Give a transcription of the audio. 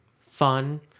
fun